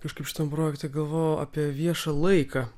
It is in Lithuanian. kažkaip šitam projekte gavojau apie viešą laiką